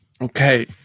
Okay